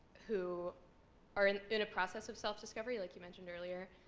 who are in in a process of self-discovery, like you mentioned earlier,